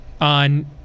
on